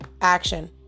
action